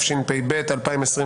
התשפ"ב 2022 ,